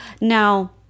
Now